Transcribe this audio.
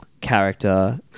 character